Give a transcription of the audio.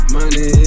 Money